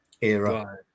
era